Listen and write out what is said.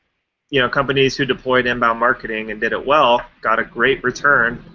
you know companies who deployed inbound marketing and did it well got a great return,